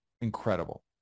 incredible